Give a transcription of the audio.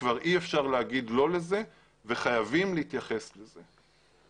כבר אי אפשר להגיד לזה לא וחייבים להתייחס אליו.